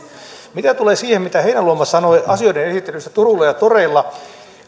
mitä tulee siihen mitä heinäluoma sanoi asioiden esittelystä turuilla ja toreilla